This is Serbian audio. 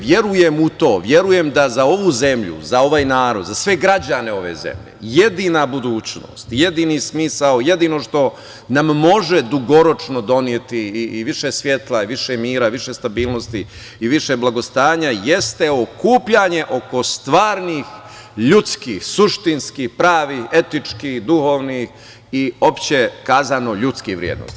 Verujem u to, verujem da za ovu zemlju, za ovaj narod, za sve građane ove zemlje, jedina budućnost, jedini smisao i jedino što nam može dugoročno doneti i više svetla i više mira, više stabilnosti i više blagostanja, jeste okupljanje oko stvarnih ljudskih, suštinskih, pravih, etičkih, duhovnih i uopšte rečeno ljudskih vrednosti.